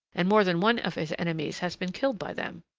and more than one of his enemies has been killed by them.